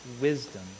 wisdom